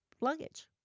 luggage